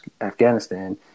Afghanistan